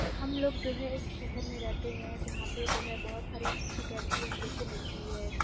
ہم لوگ جو ہے ایک شہر میں رہتے ہیں جہاں پہ جو ہے بہت ساری فیکلٹی ہم لوگوں کو ملتی ہے